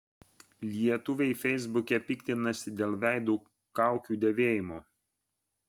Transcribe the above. lietuviai feisbuke piktinasi dėl veido kaukių dėvėjimo